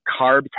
carbs